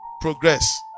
progress